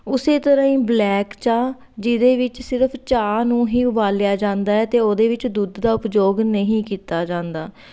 ਉਸੇ ਤਰ੍ਹਾਂ ਹੀ ਬਲੈਕ ਚਾਹ ਜਿਹਦੇ ਵਿੱਚ ਸਿਰਫ ਚਾਹ ਨੂੰ ਹੀ ਉਬਾਲਿਆ ਜਾਂਦਾ ਹੈ ਅਤੇ ਉਹਦੇ ਵਿੱਚ ਦੁੱਧ ਦਾ ਉਪਯੋਗ ਨਹੀਂ ਕੀਤਾ ਜਾਂਦਾ